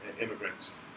immigrants